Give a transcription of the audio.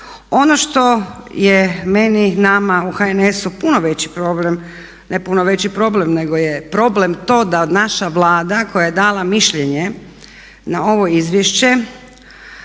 Ono što je meni, nama u HNS-u puno veći problem, ne puno veći problem nego je problem to da naša Vlada koja je dala mišljenje na ovo izvješće